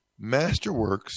Masterworks